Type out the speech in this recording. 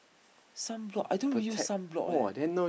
sunblock I don't even use sunblock leh